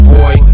boy